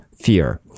fear